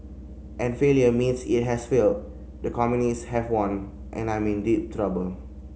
and failure means it has failed the communist have won and I'm in deep trouble